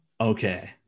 Okay